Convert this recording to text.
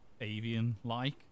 avian-like